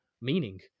meaning